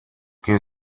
que